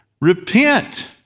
repent